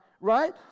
Right